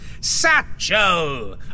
satchel